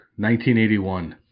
1981